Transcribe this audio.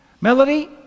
Melody